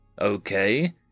Okay